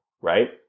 right